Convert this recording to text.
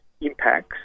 impacts